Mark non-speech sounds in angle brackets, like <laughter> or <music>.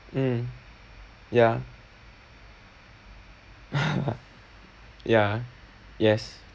mm ya <laughs> ya yes